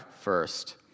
first